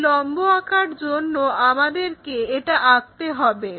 এই লম্ব আঁকার জন্য আমাদেরকে এটা আঁকতে হবে